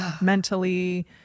mentally